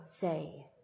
say